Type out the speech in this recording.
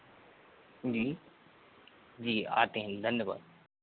जी जी आते हैं धन्यवाद